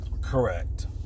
Correct